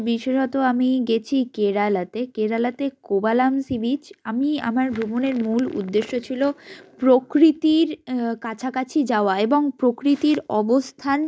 বিশেষত আমি গিয়েছি কেরালাতে কেরালাতে কোভালাম সি বিচ আমি আমার ভ্রমণের মূল উদ্দেশ্য ছিল প্রকৃতির কাছাকাছি যাওয়া এবং প্রকৃতির অবস্থান